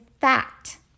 fact